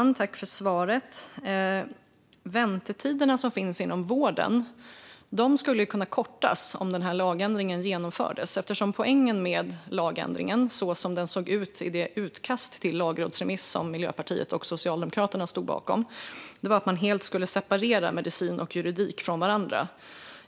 Fru talman! Jag tackar för svaret. Väntetiderna inom vården skulle kunna kortas om den här lagändringen genomfördes. Poängen med lagändringen, så som den såg ut i det utkast till lagrådsremiss som Miljöpartiet och Socialdemokraterna stod bakom, var nämligen att man helt skulle separera medicin och juridik från varandra.